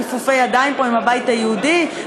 כיפופי ידיים פה עם הבית היהודי,